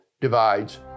divides